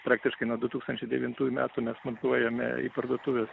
praktiškai nuo du tūkstančiai devintųjų metų mes montuojame į parduotuves